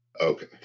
Okay